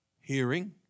hearing